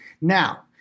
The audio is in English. Now